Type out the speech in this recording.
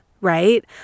right